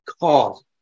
cause